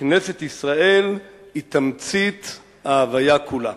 כנסת ישראל היא תמצית ההוויה כולה.